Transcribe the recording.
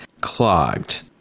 clogged